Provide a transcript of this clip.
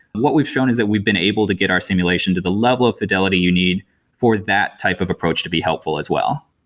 what we've shown is that we've been able to get our simulation to the level of fidelity you need for that type of approach to be helpful as well.